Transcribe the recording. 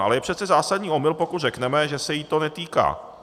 Ale je přece zásadní omyl, pokud řekneme, že se jí to netýká.